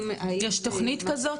יש תוכנית כזו?